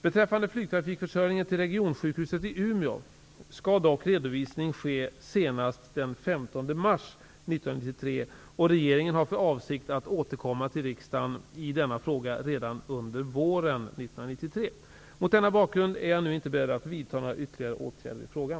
Beträffande flygtrafikförsörjningen till regionsjukhuset i Umeå skall dock redovisning ske senast den 15 mars 1993, och regeringen har för avsikt att återkomma till riksdagen i denna fråga redan under våren 1993. Mot denna bakgrund är jag nu inte beredd att vidta några ytterligare åtgärder i frågan.